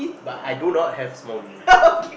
but I do not have small weenie